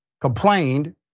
complained